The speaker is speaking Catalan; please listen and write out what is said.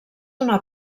una